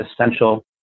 essential